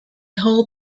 hold